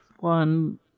One